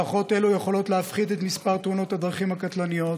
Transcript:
מערכות אלו יכולות להפחית את מספר תאונות הדרכים הקטלניות.